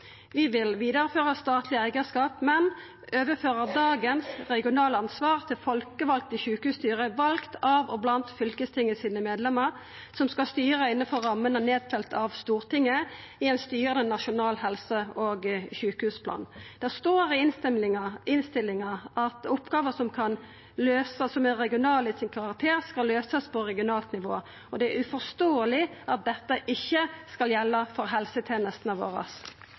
Vi vil vidareføra statleg eigarskap, men overføra dagens regionale ansvar til folkevalde sjukehusstyre valde av og blant fylkestinget sine medlemar som skal styra innanfor rammene nedfelte av Stortinget i ein styrande nasjonal helse- og sjukehusplan. Det står i innstillinga at oppgåver som er regionale i sin karakter, skal løysast på regionalt nivå, og det er uforståeleg at dette ikkje skal gjelda for helsetenestene